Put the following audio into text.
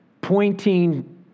pointing